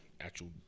actual